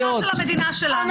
תשמור על כבוד של המדינה שלנו.